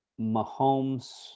Mahomes